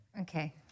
Okay